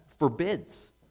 forbids